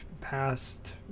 past